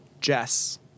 Jess